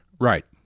Right